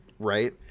Right